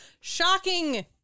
Shocking